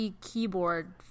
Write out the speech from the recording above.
keyboard